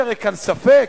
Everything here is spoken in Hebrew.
יש הרי כאן ספק?